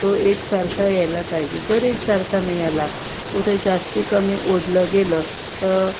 तो एकसारखा यायला पाहिजे जर एकसारखा नाही आला कुठे जास्ती कमी ओढलं गेलं तर